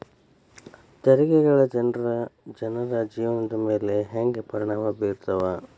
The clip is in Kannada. ತೆರಿಗೆಗಳ ಜನರ ಜೇವನದ ಮ್ಯಾಲೆ ಹೆಂಗ ಪರಿಣಾಮ ಬೇರ್ತವ